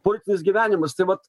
politinis gyvenimas tai vat